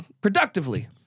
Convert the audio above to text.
productively